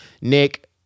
Nick